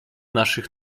naszych